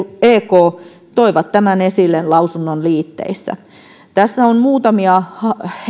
ek toivat tämän esille lausunnon liitteissä tässä on muutamia